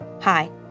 Hi